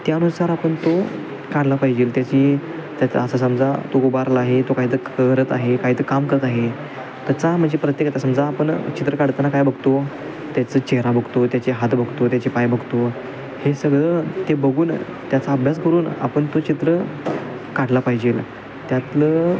त्यानुसार आपण तो काढला पाहिजेल त्याची त्याचा असा समजा तो उभारला आहे तो काहीतर करत आहे काहीतं काम करत आहे त्याचा म्हणजे प्रत्येकाचा समजा आपण चित्र काढताना काय बघतो त्याचं चेहरा बघतो त्याचे हात बघतो त्याचे पाय बघतो हे सगळं ते बघून त्याचा अभ्यास करून आपण तो चित्र काढला पाहिजेल त्यातलं